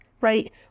right